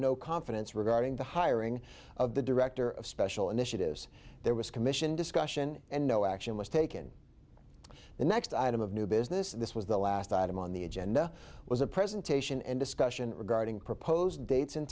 no confidence regarding the hiring of the director of special initiatives there was commission discussion and no action was taken the next item of new business and this was the last item on the agenda was a presentation and discussion regarding proposed dates